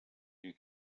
you